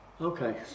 Okay